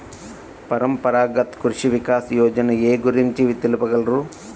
పరంపరాగత్ కృషి వికాస్ యోజన ఏ గురించి తెలుపగలరు?